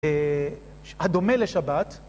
אה... הדומה לשבת